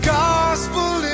gospel